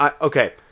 okay